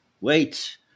wait